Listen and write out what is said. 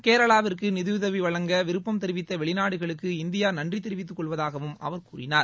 கேரளாவிற்கு நிதயுதவி வழங்க விருப்பம் தெரிவித்த வெளிநாடுகளுக்கு இந்தியா நன்றி தெரிவித்துக்கொள்வதாகவும் அவர் கூறினார்